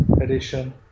Edition